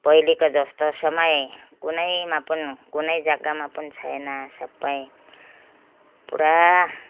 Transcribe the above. पहिलेको जस्तो समय कुनैमा पनि कुनै जग्गामा पनि छैन सबै पुरा